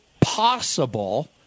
possible